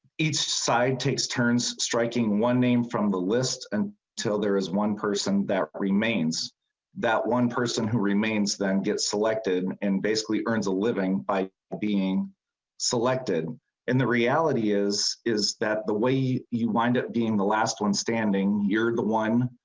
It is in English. each side takes turns striking one name from the list and so there is one person there remains that one person who remains them get selected and basically earns a living by being selected and the reality is is that the way you wind up being the last one standing near the one.